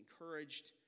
encouraged